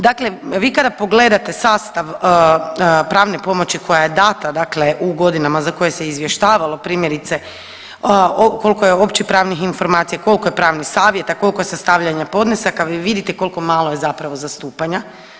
Dakle, vi kada pogledate sastav pravne pomoći koja je data dakle u godinama za koje se izvještavalo primjerice koliko je općih pravnih informacija, koliko je pravnih savjeta, koliko sastavljanja podnesaka vi vidite koliko malo je zapravo zastupanja.